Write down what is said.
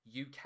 uk